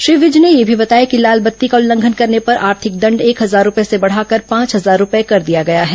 श्री विज ने यह भी बताया कि लाल बत्ती का उल्लंघन करने पर आर्थिक दंड एक हजार रुपये से बढ़ाकर पांच हजार रुपये कर दिया गया है